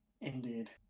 indeed